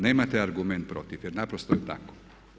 Nemate argument protiv, jer naprosto je tako.